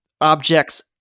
objects